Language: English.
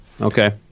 okay